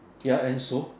ya and so